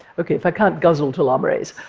ok, if i can't guzzle telomerase,